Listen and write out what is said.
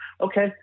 okay